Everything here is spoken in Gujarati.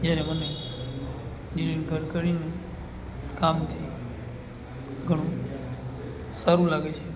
જ્યારે મને નીતિન ગડકરીનું કામથી ઘણું સારું લાગે છે